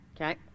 Okay